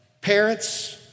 parents